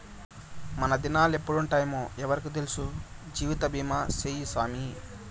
మనదినాలెప్పుడెప్పుంటామో ఎవ్వురికి తెల్సు, జీవితబీమా సేయ్యి సామీ